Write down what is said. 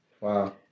Wow